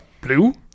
Blue